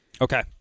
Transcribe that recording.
Okay